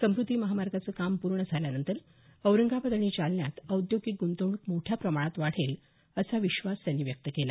समृध्दी महामार्गाचं काम पूर्ण झाल्यानंतर औरंगाबाद आणि जालन्यात औद्योगिक गुंतवणूक मोठ्या प्रमाणात वाढेल असा विश्वास त्यांनी व्यक्त केला